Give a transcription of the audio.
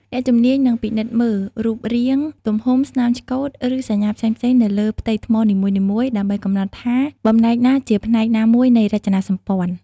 អ្នកជំនាញនឹងពិនិត្យមើលរូបរាង ទំហំ ស្នាមឆ្កូត ឬសញ្ញាផ្សេងៗនៅលើផ្ទៃថ្មនីមួយៗ ដើម្បីកំណត់ថាបំណែកណាជាផ្នែកណាមួយនៃរចនាសម្ព័ន្ធ។